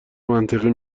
منطقی